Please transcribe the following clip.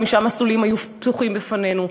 חמישה מסלולים היו פתוחים בפנינו.